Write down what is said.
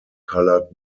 colored